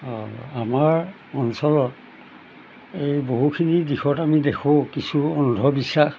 আমাৰ অঞ্চলত এই বহুখিনি দিশত আমি দেখোঁ কিছু অন্ধবিশ্বাস